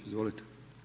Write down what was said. Izvolite.